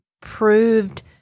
proved